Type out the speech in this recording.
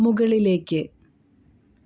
മുകളിലേക്ക്